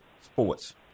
Sports